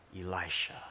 Elisha